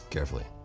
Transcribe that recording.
Carefully